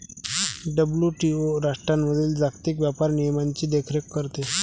WTO राष्ट्रांमधील जागतिक व्यापार नियमांची देखरेख करते